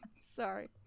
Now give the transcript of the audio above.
sorry